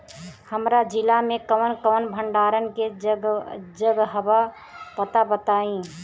हमरा जिला मे कवन कवन भंडारन के जगहबा पता बताईं?